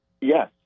Yes